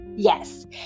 Yes